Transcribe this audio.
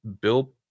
Bill